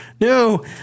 No